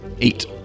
Eight